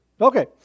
Okay